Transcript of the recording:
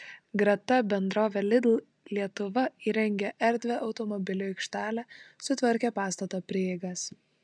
greta bendrovė lidl lietuva įrengė erdvią automobilių aikštelę sutvarkė pastato prieigas